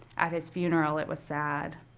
at his funeral, it was sad.